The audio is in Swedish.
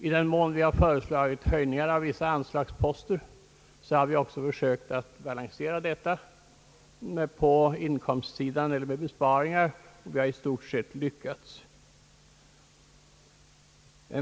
I den mån vi föreslagit höjningar av vissa utgiftsposter har vi försökt balansera detta på inkomstsidan eller med besparingar, något som i stort sett har lyckats.